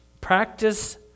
Practice